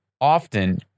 often